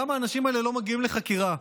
למה האנשים האלה לא מגיעים לחקירה?